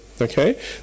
Okay